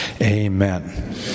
amen